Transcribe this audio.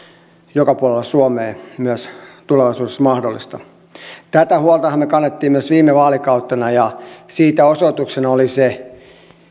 joka puolella suomea myös tulevaisuudessa mahdollista tätä huoltahan me kannoimme myös viime vaalikautena ja siitä osoituksena oli se